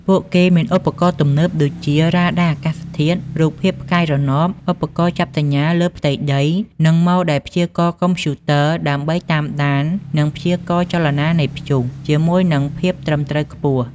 ពួកគេមានឧបករណ៍ទំនើប ដូចជា រ៉ាដាអាកាសធាតុ រូបភាពផ្កាយរណប ឧបករណ៍ចាប់សញ្ញាលើផ្ទៃដី និងម៉ូដែលព្យាករណ៍កុំព្យូទ័រ ដើម្បីតាមដាន និងព្យាករណ៍ចលនានៃព្យុះជាមួយនឹងភាពត្រឹមត្រូវខ្ពស់។